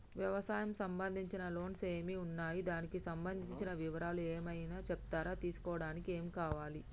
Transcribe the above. వ్యవసాయం సంబంధించిన లోన్స్ ఏమేమి ఉన్నాయి దానికి సంబంధించిన వివరాలు ఏమైనా చెప్తారా తీసుకోవడానికి ఏమేం కావాలి?